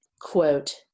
quote